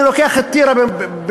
אני לוקח את טירה בכוונה,